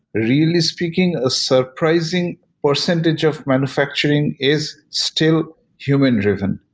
really speaking a surprising percentage of manufacturing is still human-driven.